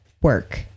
work